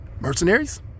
mercenaries